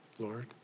Lord